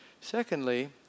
Secondly